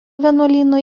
vienuolyno